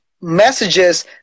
messages